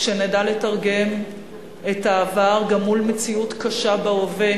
כשנדע לתרגם את העבר גם מול מציאות קשה בהווה,